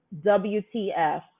wtf